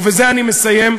ובזה אני מסיים,